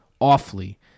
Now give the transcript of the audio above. awfully